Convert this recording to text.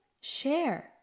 share